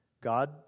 God